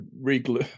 re-glue